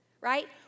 right